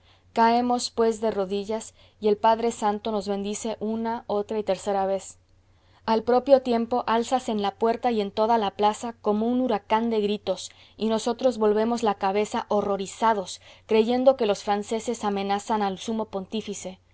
caemos pues de rodillas y el padre santo nos bendice una otra y tercera vez al propio tiempo álzase en la puerta y en toda la plaza como un huracán de gritos y nosotros volvemos la cabeza horrorizados creyendo que los franceses amenazan al sumo pontífice